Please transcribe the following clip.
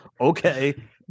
Okay